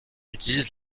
utilise